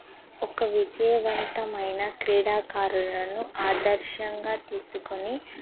ఒక విజయవంతమైన క్రీడాకారులను ఆదర్శంగా తీసుకొని